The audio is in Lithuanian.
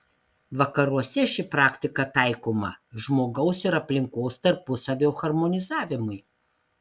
vakaruose ši praktika taikoma žmogaus ir aplinkos tarpusavio harmonizavimui